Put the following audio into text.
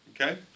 Okay